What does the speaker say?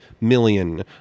million